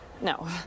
No